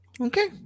Okay